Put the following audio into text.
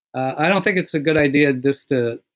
i don't think it's a good idea, just to